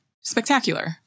Spectacular